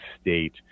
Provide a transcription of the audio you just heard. state